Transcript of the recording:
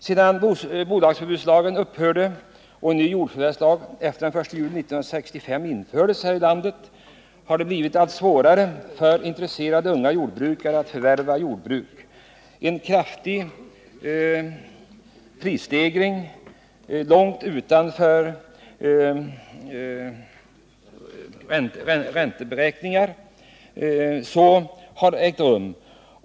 Sedan bolagsförbudslagen upphörde och en ny jordförvärvslag efter den 1 juli 1965 infördes landet har det blivit allt svårare för intresserade unga jordbrukare att förvärva jordbruk. En kraftig prisstegring långt utanför en sund ränteavkastning har ägt rum.